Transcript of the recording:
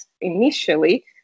initially